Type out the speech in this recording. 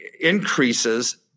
increases